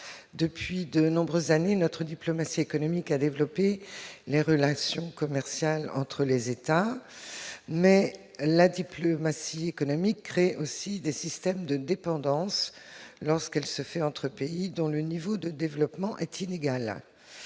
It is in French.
Depuis de nombreuses années, notre diplomatie économique a développé les relations commerciales entre les États. Néanmoins, la diplomatie économique crée des systèmes de dépendance lorsque les pays concernés sont de niveaux de développement inégaux.